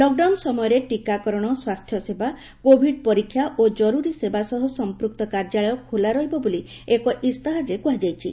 lockdown ସମୟରେ ଟିକାକରଣ ସ୍ୱାସ୍ଥ୍ୟ ସେବା କୋଭିଡ୍ ପରୀକ୍ଷା ଓ ଜରୁରୀ ସେବା ସହ ସମ୍ମକ୍ତ କାର୍ଯ୍ୟାଳୟ ଖୋଲା ରହିବ ବୋଲି ଏକ ଇସ୍ତାହାରରେ କୁହାଯାଇଛି